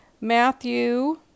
Matthew